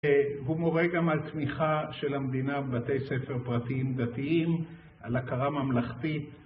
הוא מורה גם על תמיכה של המדינה בבתי ספר פרטיים דתיים, על הכרה ממלכתית.